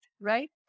right